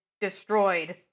destroyed